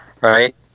Right